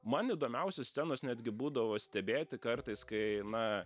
man įdomiausios scenos netgi būdavo stebėti kartais kai na